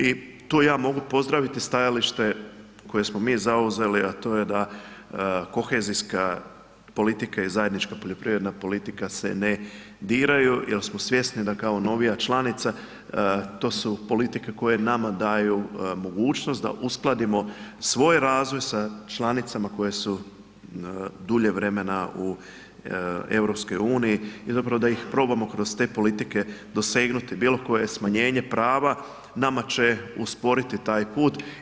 I tu ja mogu pozdraviti stajalište koje smo mi zauzeli da to je da kohezijska politika i zajednička poljoprivredna politika se ne diraju jer smo svjesni da kao novija članica, to su politike koje nama daju mogućnost da uskladimo svoj razvoj sa članicama koje su dulje vremena u EU i zapravo da ih probamo kroz te politike dosegnuti, bilo koje smanjenje prava nama će usporiti taj put.